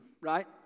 right